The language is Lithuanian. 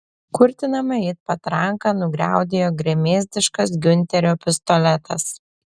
kurtinamai it patranka nugriaudėjo gremėzdiškas giunterio pistoletas